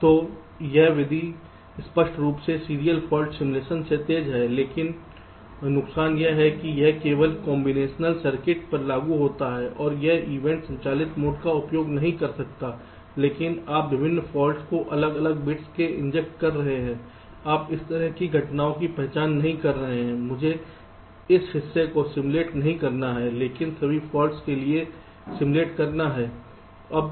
तो यह विधि स्पष्ट रूप से सीरियल फॉल्ट सिमुलेशन से तेज है लेकिन नुकसान यह है कि यह केवल कॉम्बिनेशनल सर्किट पर लागू होता है और यह इवेंट संचालित मोड का उपयोग नहीं कर सकता है क्योंकि आप विभिन्न फॉल्ट्स को अलग अलग बिट्स में इंजेक्ट कर रहे हैं आप इस तरह की घटनाओं की पहचान नहीं कर सकते हैं कि मुझे इस हिस्से को सिमुलेट नहीं करना है लेकिन सभी फॉल्ट्स के लिए सिमुलेट करना है